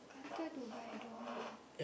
Qatar Dubai don't want lah